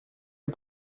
est